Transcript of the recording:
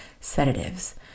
sedatives